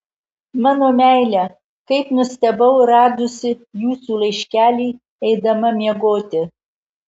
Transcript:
mano meile kaip nustebau radusi jūsų laiškelį eidama miegoti